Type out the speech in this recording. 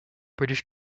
british